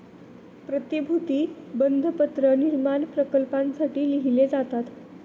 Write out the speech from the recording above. प्रतिभूती बंधपत्र निर्माण प्रकल्पांसाठी लिहिले जातात